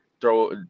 throw